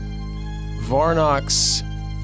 Varnox